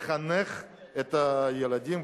לחנך את הילדים,